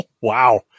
Wow